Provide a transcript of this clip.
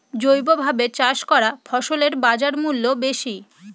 জৈবভাবে চাষ করা ফসলের বাজারমূল্য বেশি